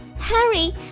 Hurry